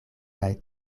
kaj